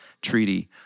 treaty